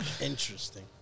Interesting